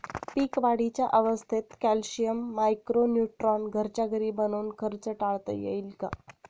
पीक वाढीच्या अवस्थेत calcium, micro neutron घरच्या घरी बनवून खर्च टाळता येईल का?